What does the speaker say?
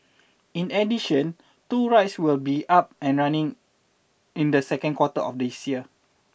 in addition two rides will be up and running in the second quarter of this year